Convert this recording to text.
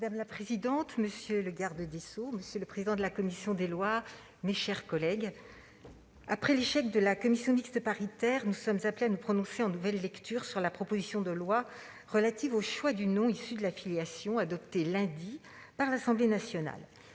Madame la présidente, monsieur le garde des sceaux, mes chers collègues, après l'échec de la commission mixte paritaire, nous sommes appelés à nous prononcer en nouvelle lecture sur la proposition de loi relative au choix du nom issu de la filiation, adoptée lundi par l'Assemblée nationale.